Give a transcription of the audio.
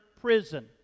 prison